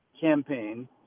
campaign